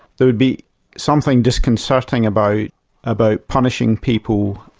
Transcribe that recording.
there'd be something disconcerting about about punishing people,